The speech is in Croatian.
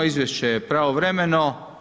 Izvješće je pravovremeno.